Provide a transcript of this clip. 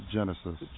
Genesis